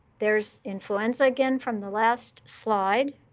there's influenza, again, from the last slide.